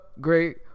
great